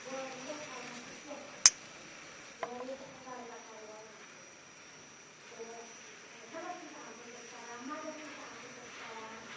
واریاہ ہٮ۪وان چھِ ژٮ۪پھ اَکھ أکۍ سٕنٛز واریاہ چھِ اَکارٕ بَکارٕ یِوان اَکھ أکِس تہٕ ہٮ۪لَپ تہِ چھِ اَکھ أکِس کَران مدَت تہِ چھِ اَکھ أکِس کَران